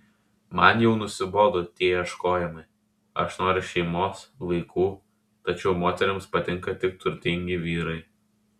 man jau nusibodo tie ieškojimai aš noriu šeimos vaikų tačiau moterims patinka tik turtingi vyrai